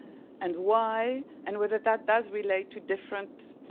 and why, and whether that does relate to different,